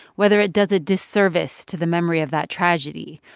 whether it does a disservice to the memory of that tragedy,